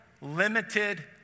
limited